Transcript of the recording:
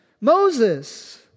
Moses